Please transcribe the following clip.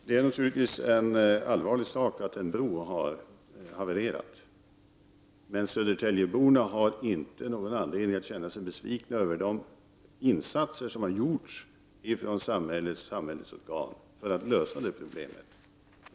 Fru talman! Det är naturligtvis allvarligt att en bro har havererat, men södertäljeborna har inte någon anledning att känna sig besvikna över de insatser som har gjorts av samhällets organ för att lösa problemet.